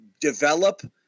develop